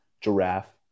giraffe